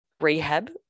rehab